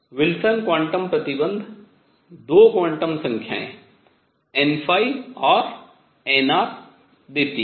Wilson quantum प्रतिबन्ध 2 quantum संख्याएँ n और nr देती हैं